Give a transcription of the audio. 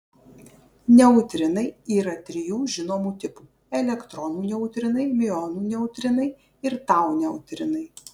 neutrinai yra trijų žinomų tipų elektronų neutrinai miuonų neutrinai ir tau neutrinai